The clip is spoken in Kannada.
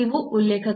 ಇವು ಉಲ್ಲೇಖಗಳು